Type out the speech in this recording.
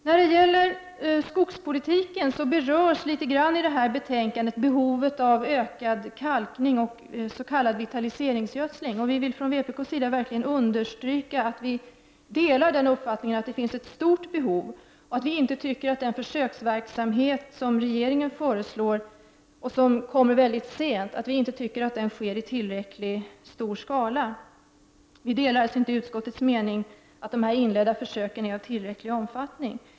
Vad gäller skogspolitiken berörs i detta betänkande behovet av ökad kalkning och av s.k. vitaliseringsgödsling. Vi vill från vpk verkligen understryka att vi delar uppfattningen att det finns ett stort behov härav. Vi tycker inte att den försöksverksamhet som regeringen föreslår och som sätts in mycket sent, bedrivs i tillräckligt stor skala. Vi delar alltså inte utskottets mening att de inledda försöken är av tillräcklig omfattning.